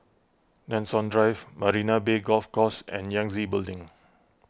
Nanson Drive Marina Bay Golf Course and Yangtze Building